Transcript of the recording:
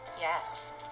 yes